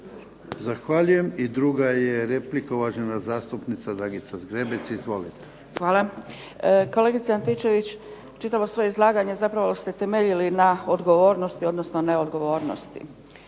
Zahvaljujem. I druga je replika uvažena zastupnica Dragica Zgrebec. Izvolite. **Zgrebec, Dragica (SDP)** Hvala. Kolegice Antičević čitavo svoje izlaganje zapravo ste temeljili na odgovornosti, odnosno neodgovornosti.